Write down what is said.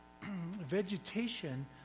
vegetation